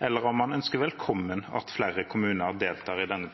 eller om han ønsker velkommen, at flere kommuner deltar i denne